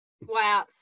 Wow